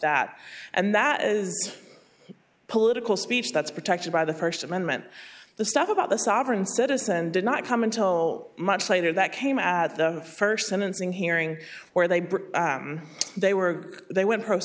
that and that political speech that's protected by the st amendment the stuff about the sovereign citizen did not come until much later that came at the st sentencing hearing where they they were they went pro